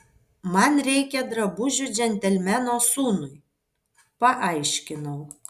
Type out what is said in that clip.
man reikia drabužių džentelmeno sūnui paaiškinau